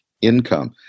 income